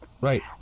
Right